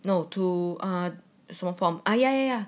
no to um 什么 form ah ya ya ya